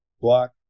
block